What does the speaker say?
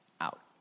out